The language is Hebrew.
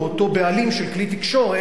או אותו בעלים של כלי תקשורת,